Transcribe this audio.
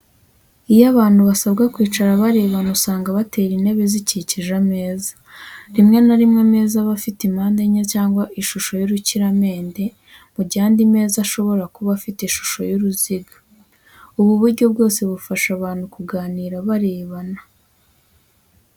Iyo abantu basabwa kwicara barebana usanga batera intebe zikikije ameza. Rimwe na rimwe ameza aba afite impande enye cyangwa ishusho y'urukiramende mu gihe andi meza ashobora kuba afite ishusho y'uruziga. Ubu buryo bwose bufasha abantu kuganira barebana.